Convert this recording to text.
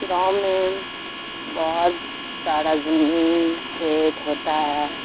گاؤں میں بہت ساڑا زمین کھیت ہوتا ہے